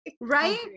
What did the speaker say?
Right